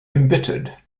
embittered